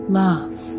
love